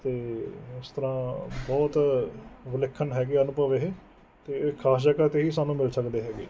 ਅਤੇ ਇਸ ਤਰ੍ਹਾਂ ਬਹੁਤ ਵਿਲੱਖਣ ਹੈਗੇ ਅਨੁਭਵ ਇਹ ਅਤੇ ਇਹ ਖਾਸ ਜਗ੍ਹਾ 'ਤੇ ਹੀ ਸਾਨੂੰ ਮਿਲ ਸਕਦੇ ਹੈਗੇ